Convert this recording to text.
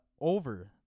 over